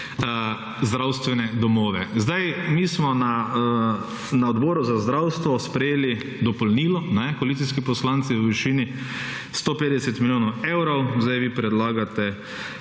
zdravstvene domove. Zdaj, mi smo na Odboru za zdravstvo sprejeli dopolnilo, koalicijski poslanci, v višini 150 milijonov evrov. Zdaj vi predlagate